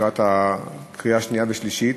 לקראת קריאה שנייה ושלישית.